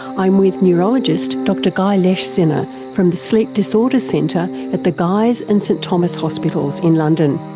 i'm with neurologist dr guy leschziner from the sleep disorders centre at the guy's and st thomas' hospitals in london.